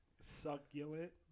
Succulent